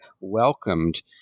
welcomed